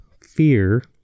fear